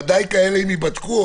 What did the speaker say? ודאי כאלה אם ייבדקו,